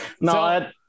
no